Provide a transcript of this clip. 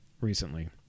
recently